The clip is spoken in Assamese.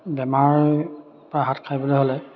বেমাৰ পৰা হাত সাৰিবলৈ হ'লে